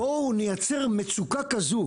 בואו נייצר מצוקה כזו,